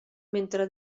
mentre